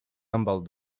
humble